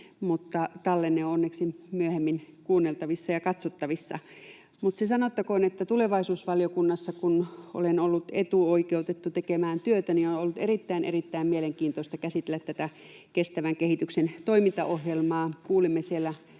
mutta tallenne on onneksi myöhemmin kuunneltavissa ja katsottavissa. Mutta se sanottakoon, että tulevaisuusvaliokunnassa olen ollut etuoikeutettu tekemään työtäni ja on ollut erittäin, erittäin mielenkiintoista käsitellä tätä kestävän kehityksen toimintaohjelmaa.